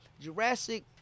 Jurassic